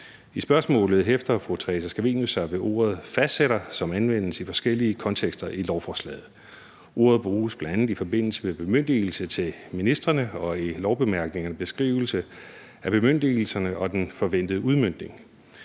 I spørgsmålet hæfter fru Theresa Scavenius sig ved ordet fastsætter, som anvendes i forskellige kontekster i lovforslaget. Ordet bruges bl.a. i forbindelse med bemyndigelse til ministrene og i lovforslagets bemærkningers beskrivelse af bemyndigelserne og den forventede udmøntning.